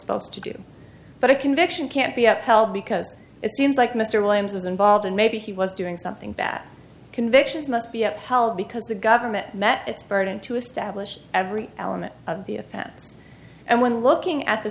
supposed to do but a conviction can't be upheld because it seems like mr williams is involved and maybe he was doing something bad convictions must be upheld because the government met its burden to establish every element of the offense and when looking at the